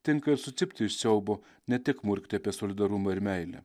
tinka ir sucipti iš siaubo ne tik murkti apie solidarumą ir meilę